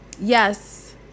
Yes